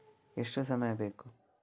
ಎಷ್ಟು ಸಮಯ ಬೇಕು?